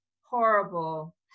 horrible